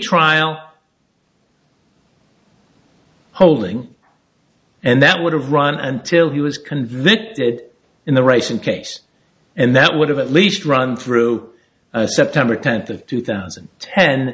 trial holding and that would have run and till he was convicted in the race and case and that would have at least run through september tenth of two t